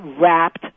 wrapped